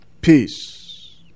peace